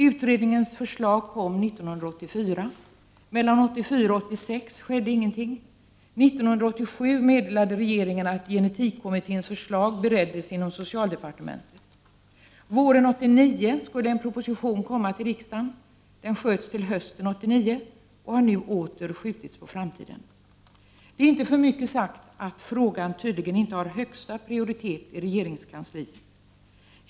Utredningens förslag kom 1984. Mellan 1984 och 1986 skedde ingenting. 1987 meddelade regeringen att gen-etik-kommitténs förslag bereddes inom socialdepartementet. Våren 1989 skulle en proposition komma till riksdagen. Den sköts till hösten 1989 och har nu åter skjutits på framtiden. Det är inte för mycket sagt att frågan tydligen inte har högsta prioritet i regeringskansliet.